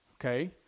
okay